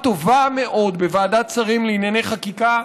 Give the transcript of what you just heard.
טובה מאוד בוועדת שרים לענייני חקיקה,